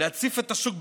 להציף את השוק בכסף,